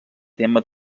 tema